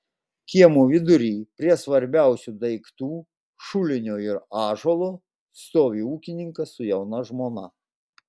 kiemo vidury prie svarbiausių daiktų šulinio ir ąžuolo stovi ūkininkas su jauna žmona